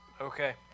Okay